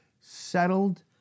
settled